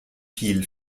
viel